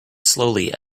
slowly